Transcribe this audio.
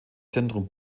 zentrum